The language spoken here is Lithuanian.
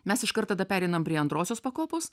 mes iškart tada pereinam prie antrosios pakopos